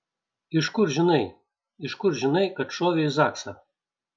iš kur žinai iš kur žinai kad šovė į zaksą